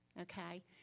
okay